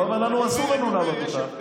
אתה אומר לנו שאסור לנו להעלות אותה,